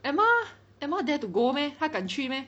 Emma Emma dare to go meh 她敢去 meh